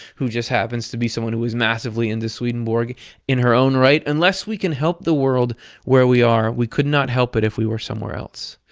who just happens to be someone who was massively into swedenborg in her own right. unless we can help the world where we are, we could not help it if we were somewhere else.